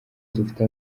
dufite